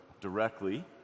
directly